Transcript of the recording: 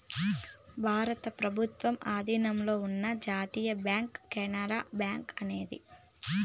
భారత ప్రభుత్వం ఆధీనంలో ఉన్న జాతీయ బ్యాంక్ కెనరా బ్యాంకు అనేది